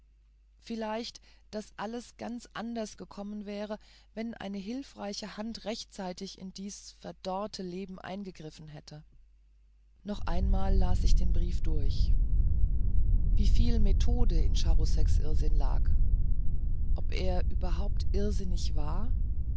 vielleicht daß alles ganz anders gekommen wäre wenn eine hilfreiche hand rechtzeitig in dies verdorrte leben eingegriffen hätte noch einmal las ich den brief durch wieviel methode in charouseks irrsinn lag ob er überhaupt irrsinnig war